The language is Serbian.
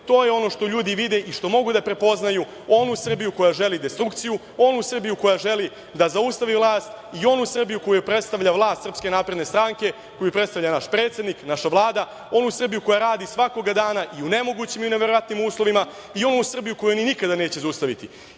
to je ono što ljudi vide i što mogu da prepoznaju onu Srbiju koja želi destrukciju, onu Srbiju koja želi da zaustavi vlast i onu Srbiju koju predstavlja vlast Srpske napredne stranke, koju predstavlja naš predsednik, naša Vlada, onu Srbiju koja radi svakoga dana i u nemogućim i u neverovatnim uslovima i onu Srbiju koju oni nikada neće zaustaviti.I